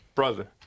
Brother